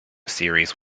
series